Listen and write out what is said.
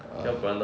err